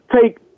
take